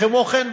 כמו כן,